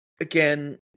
again